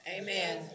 Amen